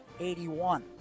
81